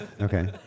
Okay